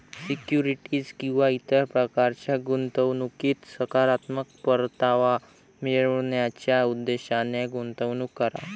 securities किंवा इतर प्रकारच्या गुंतवणुकीत सकारात्मक परतावा मिळवण्याच्या उद्देशाने गुंतवणूक करा